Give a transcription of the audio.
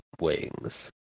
wings